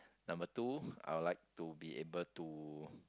number two I would like to be able to